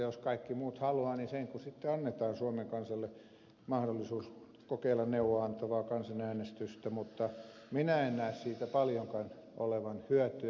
jos kaikki muut haluavat niin sen kuin sitten annetaan suomen kansalle mahdollisuus kokeilla neuvoa antavaa kansanäänestystä mutta minä en näe siitä paljonkaan olevan hyötyä